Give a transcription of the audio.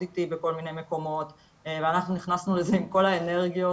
איטי בכל מיני מקומות ואנחנו נכנסנו לזה עם כל האנרגיות